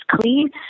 clean